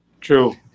True